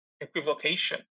equivocation